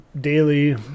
daily